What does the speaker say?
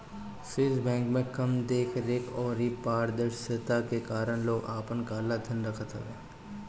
Swiss bank में कम देख रेख अउरी अपारदर्शिता के कारण लोग आपन काला धन रखत हवे